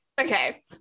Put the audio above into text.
Okay